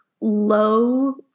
low